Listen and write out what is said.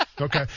Okay